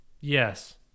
Yes